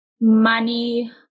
money